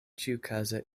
ĉiukaze